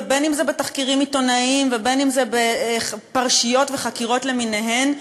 אם בתחקירים עיתונאיים ואם זה בפרשיות וחקירות למיניהן,